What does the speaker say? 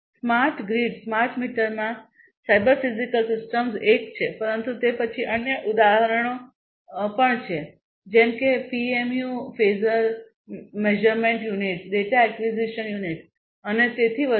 smart grid smart મીટરમાં cyber physical systems એક છે પરંતુ તે પછી અન્ય ઉદાહરણો પણ છે જેમ કે PMU phasor measurement units data acquisition unit અને તેથી વધુ